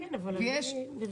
יש